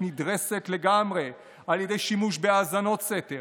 נדרסת לגמרי על ידי שימוש בהאזנות סתר.